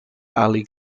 ali